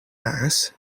ass